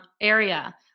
area